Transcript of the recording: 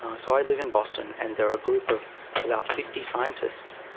ah so i live in boston and there are a group of about fifty scientists,